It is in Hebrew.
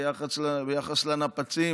ביחס לנפצים,